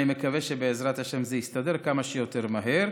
אני מקווה שבעזרת השם זה יסתדר כמה שיותר מהר,